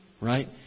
Right